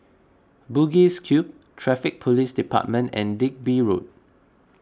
Bugis Cube Traffic Police Department and Digby Road